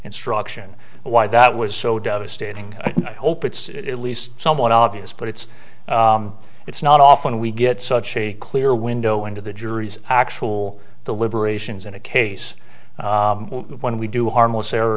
instruction why that was so devastating and i hope it's it least somewhat obvious but it's it's not often we get such a clear window into the jury's actual the liberations in a case when we do a harmless error